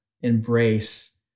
embrace